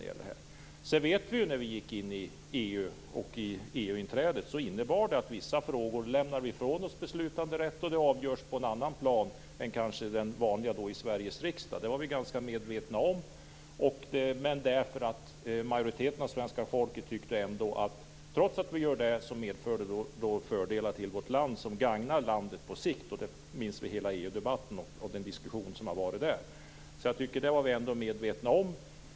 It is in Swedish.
Vi visste ju att inträdet i EU innebar att vi lämnade ifrån oss beslutanderätt i vissa frågor. De avgörs på ett annat plan än den vanliga i Sveriges riksdag. Det var vi ganska medvetna om. Men majoriteten av svenska folket tyckte att detta trots allt medförde fördelar till vårt land som gagnar landet på sikt. Vi minns ju hela EU-debatten och den diskussion som var då. Det var vi medvetna om.